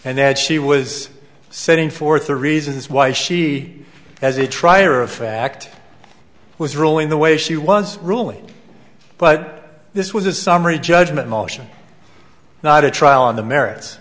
and that she was setting forth the reasons why she has a trial or a fact was ruling the way she was ruling but this was a summary judgment motion not a trial on the merits